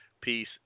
peace